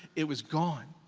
it was gone.